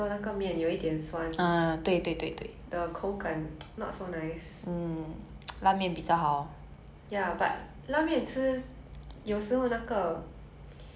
ya but 拉面吃有时候那个 um the 猪肉汤 or something the pork pork based broth